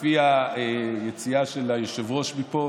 לפי היציאה של היושב-ראש מפה,